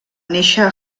néixer